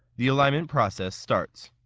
the alignment process starts.